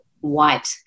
white